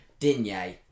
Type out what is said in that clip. Dinier